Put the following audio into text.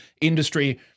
industry